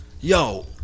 yo